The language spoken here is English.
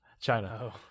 China